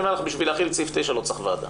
בשביל להחיל את סעיף 9 לא צריך ועדה.